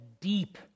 deep